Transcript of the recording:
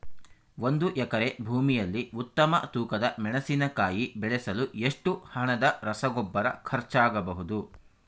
ಒಂದು ಎಕರೆ ಭೂಮಿಯಲ್ಲಿ ಉತ್ತಮ ತೂಕದ ಮೆಣಸಿನಕಾಯಿ ಬೆಳೆಸಲು ಎಷ್ಟು ಹಣದ ರಸಗೊಬ್ಬರ ಖರ್ಚಾಗಬಹುದು?